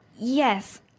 Yes